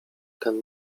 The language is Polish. ten